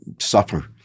suffer